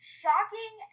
shocking